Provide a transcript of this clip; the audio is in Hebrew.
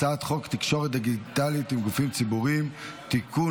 הצעת חוק תקשורת דיגיטלית עם גופים ציבוריים (תיקון,